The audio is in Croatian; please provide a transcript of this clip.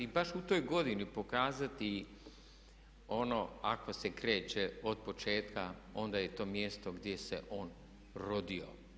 I baš u toj godini pokazati ono ako se kreće od početka onda je to mjesto gdje se on rodio.